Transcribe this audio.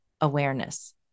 awareness